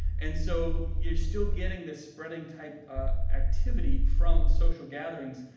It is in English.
and so you're still getting the spreading type ah activity from social gatherings,